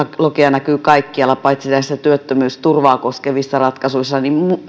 näkyy kaikkialla paitsi näissä työttömyysturvaa koskevissa ratkaisuissa